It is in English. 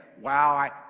wow